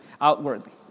outwardly